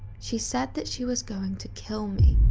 she said that she was going to kill me.